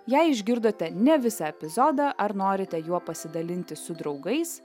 jei išgirdote ne visą epizodą ar norite juo pasidalinti su draugais